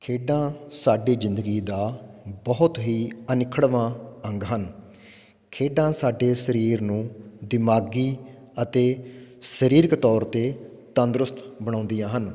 ਖੇਡਾਂ ਸਾਡੀ ਜ਼ਿੰਦਗੀ ਦਾ ਬਹੁਤ ਹੀ ਅਨਿੱਖੜਵਾਂ ਅੰਗ ਹਨ ਖੇਡਾਂ ਸਾਡੇ ਸਰੀਰ ਨੂੰ ਦਿਮਾਗੀ ਅਤੇ ਸਰੀਰਕ ਤੌਰ 'ਤੇ ਤੰਦਰੁਸਤ ਬਣਾਉਂਦੀਆਂ ਹਨ